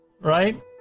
right